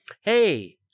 hey